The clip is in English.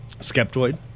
Skeptoid